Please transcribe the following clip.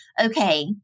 okay